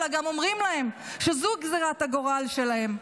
אלא גם אומרים להם שזו גזרת הגורל שלהם,